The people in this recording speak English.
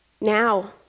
Now